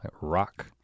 Rock